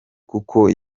kuko